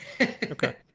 okay